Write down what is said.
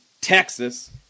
Texas